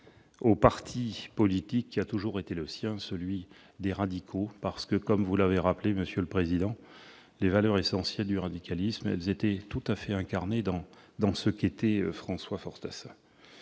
au parti politique qui a toujours été le sien : le parti radical. Comme vous l'avez rappelé, monsieur le président, les valeurs essentielles du radicalisme s'incarnaient tout à fait dans l'homme qu'était François Fortassin.